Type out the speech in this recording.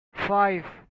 five